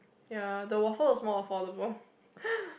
ya the waffle is more affordable